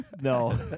No